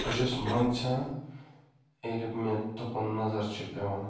بہٕ چھُس منٛدچھان ییٚلہِ مےٚ تُکُن نَظر چھِ پٮ۪وان